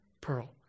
pearl